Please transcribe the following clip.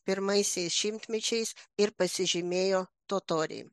pirmaisiais šimtmečiais ir pasižymėjo totoriai